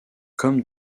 comme